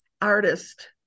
artist